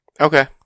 okay